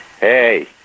Hey